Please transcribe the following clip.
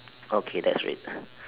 okay that's red